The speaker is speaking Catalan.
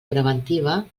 preventiva